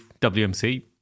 WMC